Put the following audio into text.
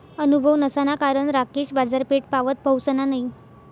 अनुभव नसाना कारण राकेश बाजारपेठपावत पहुसना नयी